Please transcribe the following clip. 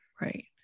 right